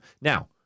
Now